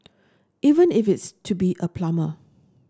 even if it's to be a plumber